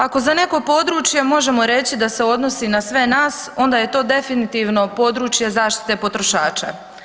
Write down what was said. Ako za neko područje možemo reći da se odnosi na sve nas onda je to definitivno područje zaštite potrošača.